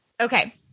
Okay